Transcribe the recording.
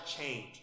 change